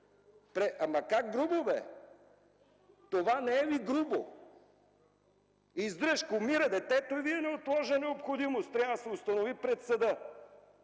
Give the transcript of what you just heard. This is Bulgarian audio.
Как грубо, бе! Това не е ли грубо? Издръжка! Умира детето, а Вие – неотложна необходимост, и трябва да се установи пред съда!?